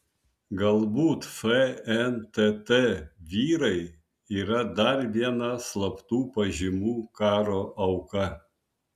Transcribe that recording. galbūt fntt vyrai yra dar viena slaptų pažymų karo auka